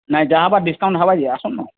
ନାଇ ଯାହା ହବା ଡିସ୍କାଉଣ୍ଟ୍ ହବା କି ଆସନ୍ତୁ